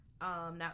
Now